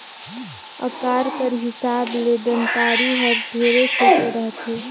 अकार कर हिसाब ले दँतारी हर ढेरे छोटे रहथे